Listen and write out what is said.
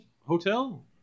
hotel